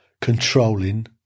controlling